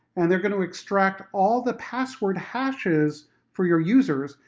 and they're going to extract all the password hashes for your users,